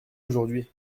aujourd’hui